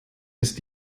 ist